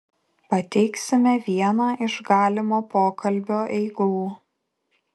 pateiksime vieną iš galimo pokalbio eigų